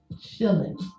chilling